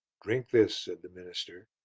drink this, said the minister,